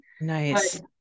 Nice